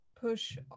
push